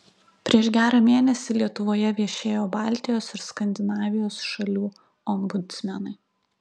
prieš gerą mėnesį lietuvoje viešėjo baltijos ir skandinavijos šalių ombudsmenai